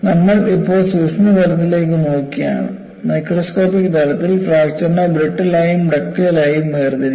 നമ്മൾ ഇപ്പോൾ സൂക്ഷ്മതലത്തിലേക്ക് നോക്കുകയാണ് മൈക്രോസ്കോപ്പിക് തലത്തിൽ ഫ്രാക്ചർനെ ബ്രിട്ടിൽ ആയും ഡക്റ്റൈൽ ആയും തരംതിരിക്കാം